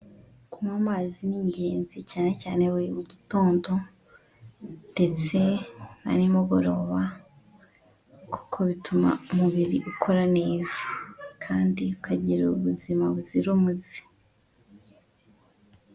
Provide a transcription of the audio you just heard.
Kunywa amazi ni ingenzi cyane cyane buri gitondo ndetse na nimugoroba, kuko bituma umubiri ukora neza kandi ukagira ubuzima buzira umuze.